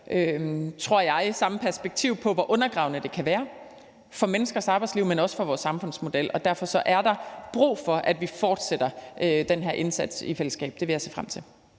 tror jeg, det samme perspektiv på, hvor undergravende det kan være for menneskers arbejdsliv, men også for vores samfundsmodel. Derfor er der brug for, at vi fortsætter den her indsats i fællesskab, og det vil jeg se frem til.